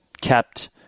kept